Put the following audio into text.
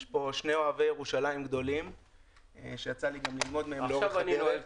יש פה שני אוהבי ירושלים גדולים שיצא לי גם ללמוד מהם לאורך הדרך.